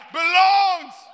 belongs